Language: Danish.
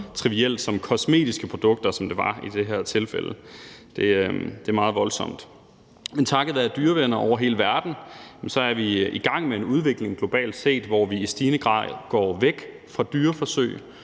så trivielt som kosmetiske produkter, hvilket det var i det her tilfælde. Det er meget voldsomt. Men takket været dyrevenner over hele verden er vi i gang med en udvikling globalt set, hvor vi i stigende grad går væk fra dyreforsøg,